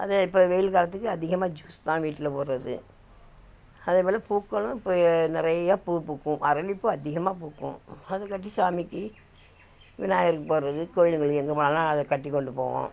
அது இப்போ வெயில் காலத்துக்கு அதிகமாக ஜூஸ் தான் வீட்டில் போடுறது அதேபோல் பூக்களும் இப்போ நிறையா பூ பூக்கும் அரளிப்பூ அதிகமாக பூக்கும் அதுகட்டி சாமிக்கு விநாயகருக்கு போடுறது கோவிலுங்களுக்கு எங்கே போனாலும் அதை கட்டி கொண்டு போவோம்